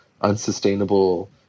unsustainable